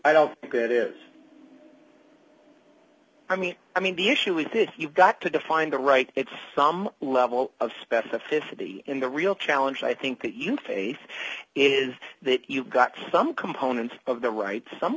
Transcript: i don't think that is i mean i mean the issue we think you've got to find the right it's some level of specificity in the real challenge i think that you face is that you've got some components of the right some